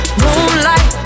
moonlight